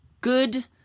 good